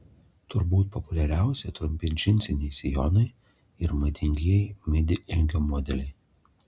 turbūt populiariausi trumpi džinsiniai sijonai ir madingieji midi ilgio modeliai